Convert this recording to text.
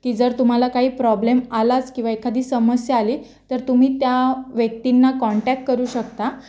की जर तुम्हाला काही प्रॉब्लेम आलाच किंवा एखादी समस्या आली तर तुम्ही त्या व्यक्तींना कॉन्टॅक्ट करू शकता